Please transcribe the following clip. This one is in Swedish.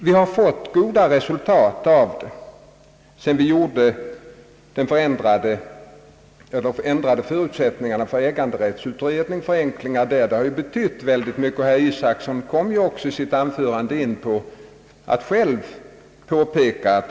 Vi har fått goda resultat av den sedan vi förenklade förutsättningarna för äganderättsutredningen. Det har betytt mycket, och herr Isacson kom även själv i sitt anförande in på att goda resultat uppnåtts.